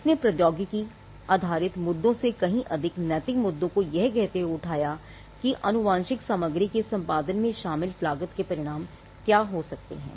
इसने प्रौद्योगिकी आधारित मुद्दों से कहीं अधिक नैतिक मुद्दों को यह कहते हुए उठाया है कि आनुवांशिक सामग्री के संपादन में शामिल लागत के परिणाम क्या हो सकते हैं